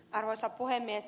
arvoisa puhemies